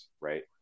right